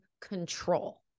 control